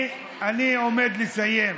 אתה לא יכול להגיד על דברים שקרו, אני עומד לסיים.